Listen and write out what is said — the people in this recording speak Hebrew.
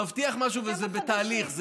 מבטיח משהו וזה בתהליך, כמה חודשים.